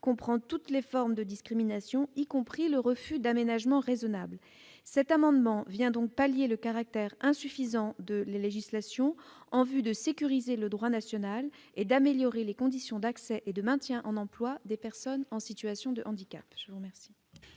comprend toutes les formes de discrimination, y compris le refus d'aménagement raisonnable ». Cet amendement tend donc à pallier le caractère insuffisant de notre législation, afin de sécuriser le droit national et d'améliorer les conditions d'accès et de maintien en emploi des personnes en situation de handicap.